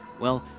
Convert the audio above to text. well,